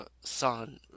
son